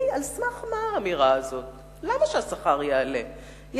אני לא רוצה להיכנס לוויכוח הערכי העמוק שיש